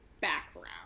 background